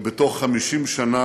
שבתוך 50 שנה